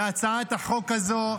בהצעת החוק הזאת,